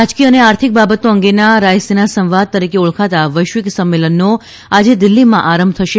રાજકીય અને આર્થિક બાબતો અંગેના રાયસીના સંવાદ તરીકે ઓળખાતા વૈશ્વિક સંમેલનનો આજે દિલ્હીમાં આરંભ થશે